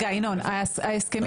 רגע ינון, ההסכמים שלי הם מכוח מכרזים.